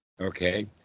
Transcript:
Okay